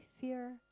fear